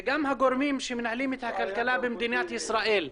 וגם הגורמים שמנהלים את הכלכלה במדינת ישראל,